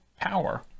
power